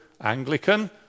Anglican